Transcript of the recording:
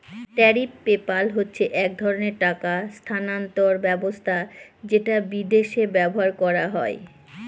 tariff PayPal হচ্ছে এক ধরনের টাকা স্থানান্তর ব্যবস্থা যেটা বিদেশে ব্যবহার করা হয়